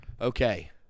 okay